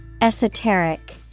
Esoteric